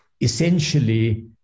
essentially